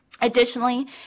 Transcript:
Additionally